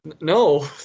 No